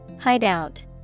Hideout